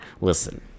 Listen